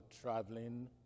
traveling